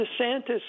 DeSantis